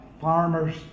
farmer's